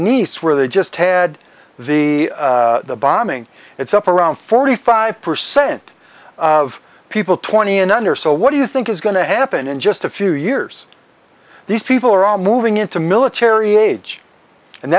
nice where they just had the bombing it's up around forty five percent of people twenty and under so what do you think is going to happen in just a few years these people are all moving into military age and